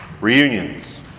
Reunions